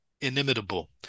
inimitable